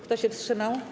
Kto się wstrzymał?